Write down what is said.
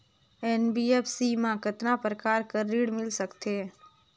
NBFC मा कतना प्रकार कर ऋण मिल सकथे?